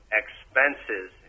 expenses